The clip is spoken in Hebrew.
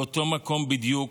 באותו מקום בדיוק,